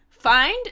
find